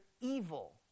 evil